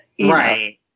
right